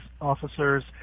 officers